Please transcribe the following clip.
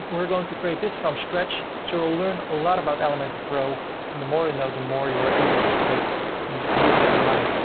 we're going to create this from scratch. so we'll learn a lot about elementor pro and the more, you know, the more you are able to create things you have in mind.